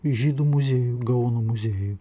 žydų muziejuj gaono muziejuj